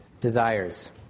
desires